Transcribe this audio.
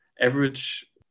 average